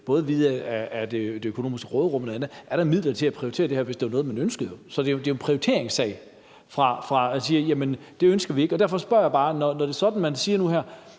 både via det økonomiske råderum og andet, til at prioritere det her, hvis det var noget, man ønskede. Det er jo en prioriteringssag. Man siger, at det ønsker man ikke. Derfor siger jeg bare, når det er sådan, at man siger nu her,